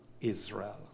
Israel